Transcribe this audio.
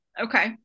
okay